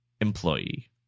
employee